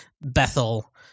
Bethel